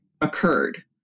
occurred